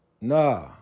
Nah